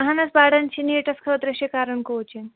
اَہَن حظ پَران چھِ نیٖٹَس خٲطرٕ چھِ کَران کوچِنٛگ